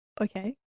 okay